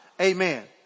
Amen